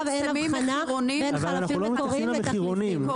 אין הבחנה בין חלפים מקוריים לתחליפיים.